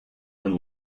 and